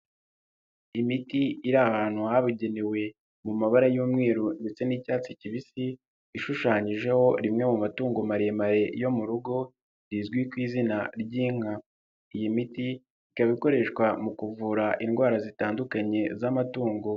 Imiti iri ahantu habugenewe mu mabara y'umweru ndetse n'icyatsi kibisi, ishushanyijeho rimwe mu matungo maremare yo mu rugo rizwi ku izina ry'inka. Iyi miti ikaba ikoreshwa mu kuvura indwara zitandukanye z'amatungo.